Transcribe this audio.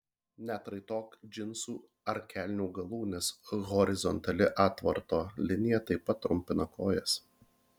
neatraitok džinsų ar kelnių galų nes horizontali atvarto linija taip pat trumpina kojas